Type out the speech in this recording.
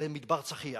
למדבר צחיח.